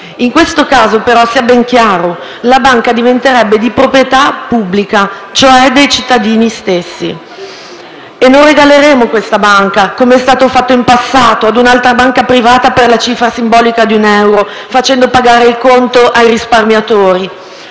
In questo caso però, sia ben chiaro, la banca diventerebbe di proprietà pubblica, cioè dei cittadini stessi, e non regaleremo questa banca, come è stato fatto in passato, ad un'altra banca privata per la cifra simbolica di un euro facendo pagare il conto ai risparmiatori.